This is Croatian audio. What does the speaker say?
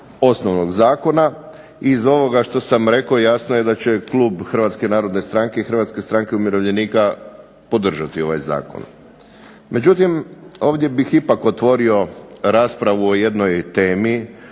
osnovnog zakona iz ovoga što sam rekao jasno je da će klub Hrvatske narodne stranke i Hrvatske stranke umirovljenika podržati ovaj zakon. Međutim, ovdje bih ipak otvorio raspravu o jednoj temi